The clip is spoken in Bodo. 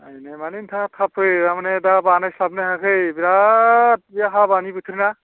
नायनाय मानि नोंथाङा थाब फै दामानि दा बानायस्लाबनो हायाखै बिराथ बे हाबानि बोथोरना